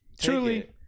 Truly